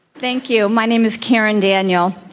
thank you. my name is karen daniel.